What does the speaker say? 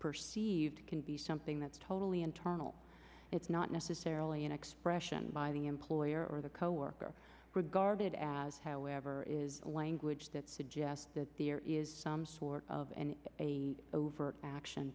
perceived can be something that's totally internal it's not necessarily an expression by the employer or the coworker regarded as however is language that suggests that there is some sort of an a overt action